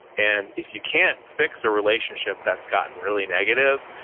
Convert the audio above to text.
and if you can't fix a relationship that's gotten really negative,